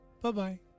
Bye-bye